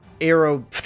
arrow